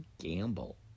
Gamble